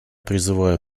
призываю